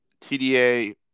TDA